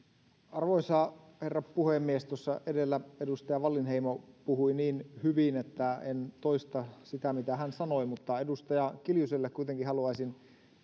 arvoisa herra puhemies tuossa edellä edustaja wallinheimo puhui niin hyvin että en toista sitä mitä hän sanoi mutta edustaja kiljuselle kuitenkin haluaisin